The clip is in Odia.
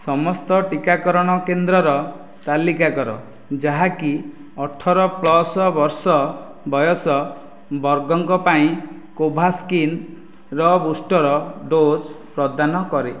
ସମସ୍ତ ଟିକାକରଣ କେନ୍ଦ୍ରର ତାଲିକା କର ଯାହାକି ଅଠର ପ୍ଲସ୍ ବର୍ଷ ବୟସ ବର୍ଗଙ୍କ ପାଇଁ କୋଭ୍ୟାସ୍କିନ୍ ର ବୁଷ୍ଟର୍ ଡୋଜ୍ ପ୍ରଦାନ କରେ